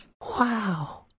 Wow